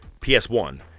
PS1